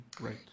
Right